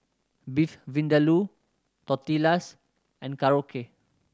Beef Vindaloo Tortillas and Korokke